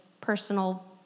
personal